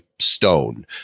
stone